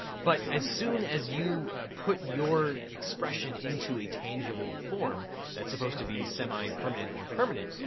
but as soon as you put your expression into a tangible form that's supposed to be semi-permanent or permanent,